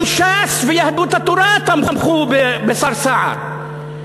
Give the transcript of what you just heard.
אבל גם ש"ס ויהדות התורה תמכו בשר סער.